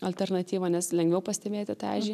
alternatyva nes lengviau pastebėti tą ežį